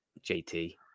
JT